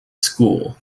school